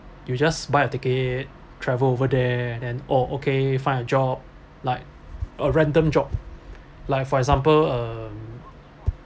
you just buy a ticket travel over there and then oh okay find a job like a random job like for example um